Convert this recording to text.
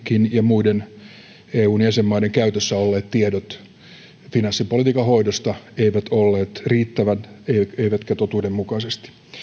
ja muiden eun jäsenmaiden käytössä olleet tiedot finanssipolitiikan hoidosta eivät olleet riittävät eivätkä totuudenmukaiset